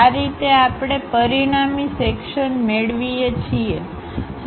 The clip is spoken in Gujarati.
આ રીતે આપણે પરિણામી સેક્શનમેળવીએ છીએ